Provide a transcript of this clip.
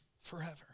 Forever